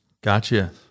Gotcha